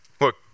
look